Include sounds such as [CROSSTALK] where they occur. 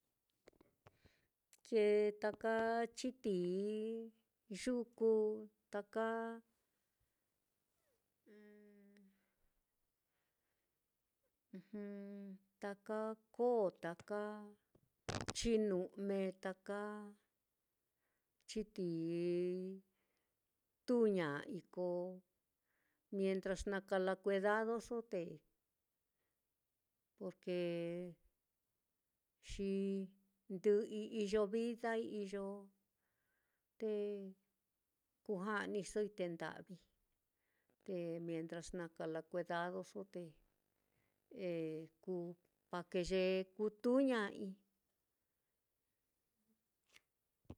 Kee taka chitií yuku taka [HESITATION] taka koo, taka chinu'me, taka chitií tūūña'ai, ko mientras na kala kuedadoso te porque xi ndɨ'ɨi iyo vidai, iyo te kú ja'nisoi te nda'vii, te mientras na kalakuedadoso te eh [UNINTELLIGIBLE] kú tūūña'ai.